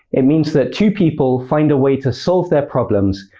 it means that two people find a way to solve their problems,